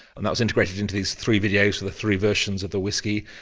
and that was integrated into these three videos for the three versions of the whiskey.